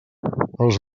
els